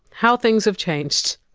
how things have changed!